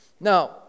Now